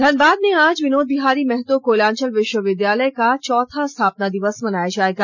धनबाद में आज बिनोद बिहारी महतो कोयलांचल विश्वविद्यालय का चौथा स्थापना दिवस मनाया जाएगा